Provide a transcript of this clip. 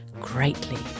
greatly